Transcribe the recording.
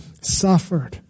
suffered